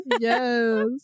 Yes